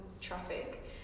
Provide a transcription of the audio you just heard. traffic